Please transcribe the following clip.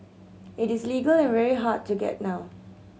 it is illegal and very hard to get now